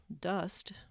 dust